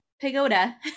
Pagoda